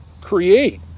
create